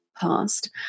past